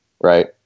Right